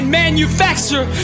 manufacture